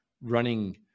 running